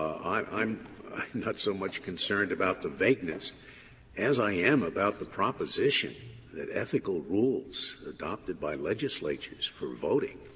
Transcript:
i'm not so much concerned about the vagueness as i am about the proposition that ethical rules adopted by legislatures for voting